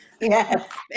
Yes